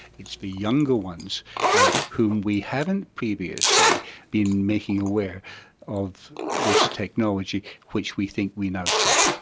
it's the younger ones whom we haven't previously been making aware of this technology which we think we now should.